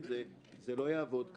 זה לא יעבוד ככה.